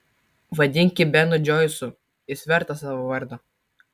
vadink jį benu džoisu jis vertas savo vardo